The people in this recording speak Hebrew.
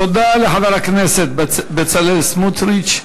תודה לחבר הכנסת בצלאל סמוטריץ.